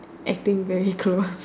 acting very close